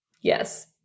Yes